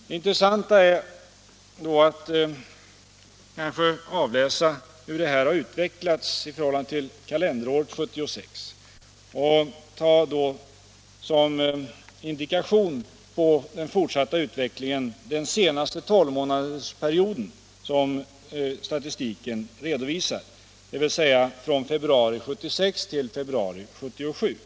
Det intressanta är kanske att avläsa hur ökningen har utvecklats i förhållande till kalenderåret 1976 och som indikation på den fortsatta utvecklingen tar jag den senaste tolvmånadersperiod som statistiken redovisar, dvs. från februari 1976 till februari 1977.